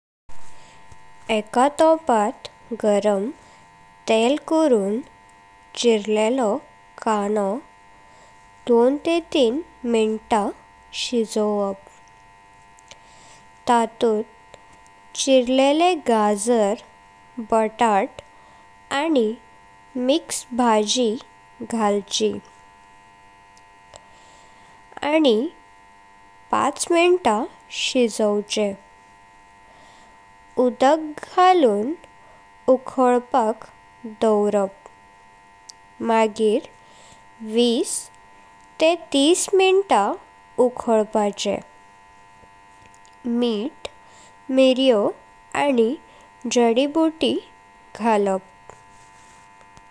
एका टोपात गरम तेल करून चिरलेलो कांदों दोन ते तीन मिन्टां शिजवप। तातुत चिरलेले गाझर, बटाट, आनी मिक्स भाजी घालची, आनी पाच मिन्टां शिजवचें। उडाक घालून उखळपाक दावारप मगीर वीस ते तीस मिन्टां उखळपाचे। मिट, मिर्यो, आनी जडिबुटीं घालप।